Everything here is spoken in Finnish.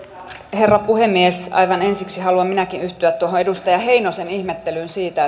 herra puhemies aivan ensiksi haluan minäkin yhtyä tuohon edustaja heinosen ihmettelyyn siitä